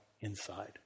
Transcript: inside